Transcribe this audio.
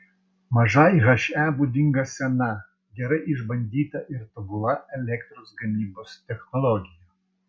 mažai he būdinga sena gerai išbandyta ir tobula elektros gamybos technologija